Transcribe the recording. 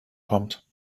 kommt